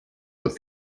das